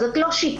זאת לא שיטה.